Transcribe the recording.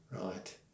Right